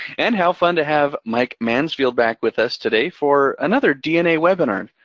and how fun to have mike mansfield back with us today for another dna webinar.